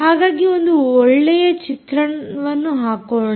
ಹಾಗಾಗಿ ಒಂದು ಒಳ್ಳೆಯ ಚಿತ್ರವನ್ನು ಹಾಕೋಣ